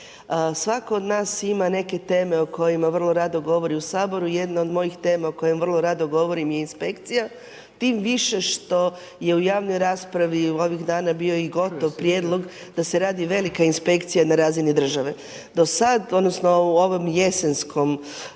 Svatko od nas ima neke teme o kojima vrlo rado govori u Saboru. Jedna od mojih tema, o kojima vrlo rado govorim je inspekcija, tim više što je u javnoj raspravi ovih dana, bio gotov prijedlog, da se radi velika inspekcija na razini države. Do sada, odnosno, u ovom jesenskom